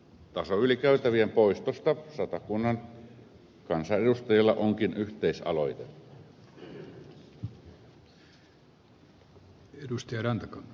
tasoylikäytävien poistosta satakunnan kansanedustajilla onkin yhteisaloite